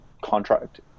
contract